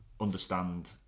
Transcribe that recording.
understand